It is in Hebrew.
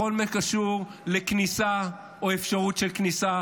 בכל מה שקשור לכניסה או אפשרות של כניסה